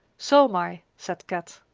so m i, said kat.